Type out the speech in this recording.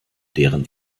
deren